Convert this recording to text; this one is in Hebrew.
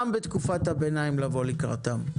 גם בתקופת הביניים לבוא לקראתם.